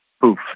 poof